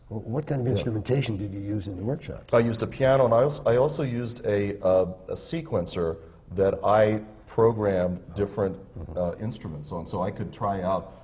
what kind of instrumentation did you use in the workshops? i used a piano, and i also i also used a ah a sequencer that i programmed different instruments on. so i could try out,